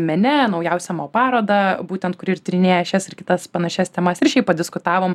mene naujausią mo parodą būtent kuri ir tyrinėja šias ir kitas panašias temas ir šiaip padiskutavom